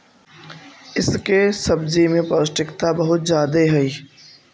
इसके सब्जी में पौष्टिकता बहुत ज्यादे हई